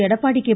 Edappadi K